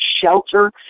shelter